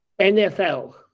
NFL